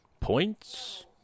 Points